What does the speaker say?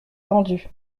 pendus